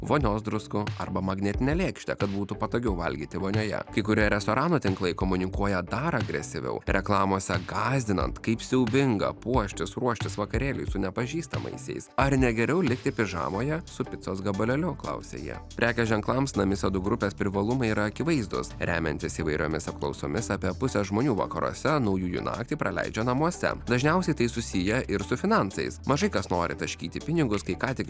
vonios druskų arba magnetinę lėkštę kad būtų patogiau valgyti vonioje kai kurie restoranų tinklai komunikuoja dar agresyviau reklamose gąsdinant kaip siaubinga puoštis ruoštis vakarėliui su nepažįstamaisiais ar ne geriau likti pižamoje su picos gabalėliu klausia jie prekės ženklams namisėdų grupės privalumai yra akivaizdūs remiantis įvairiomis apklausomis apie pusę žmonių vakaruose naujųjų naktį praleidžia namuose dažniausiai tai susiję ir su finansais mažai kas nori taškyti pinigus kai ką tik